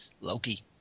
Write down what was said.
Loki